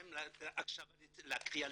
--- לציון.